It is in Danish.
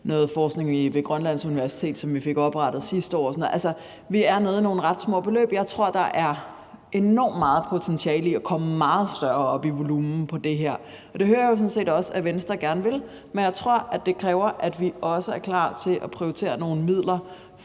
noget forskning ved Grønlands Universitet, som vi fik igangsat sidste år. Vi er nede i nogle ret små beløb. Jeg tror, der er enormt meget potentiale i at komme op i en meget større volumen på det her område, og det hører jeg sådan set også at Venstre gerne vil, men jeg tror, at det kræver, at vi også er klar til at prioritere nogle midler